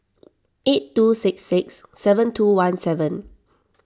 eight two six six seven two one seven